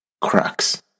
cracks